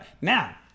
Now